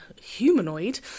humanoid